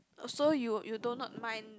so you you do not mind